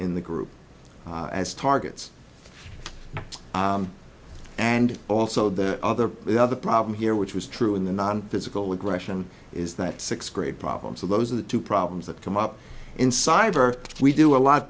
in the group as targets and also the other the other problem here which was true in the non physical aggression is that sixth grade problems are those are the two problems that come up in cyber we do a lot